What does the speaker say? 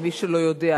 למי שלא יודע.